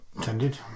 tended